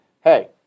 hey